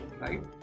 right